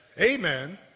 amen